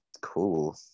cool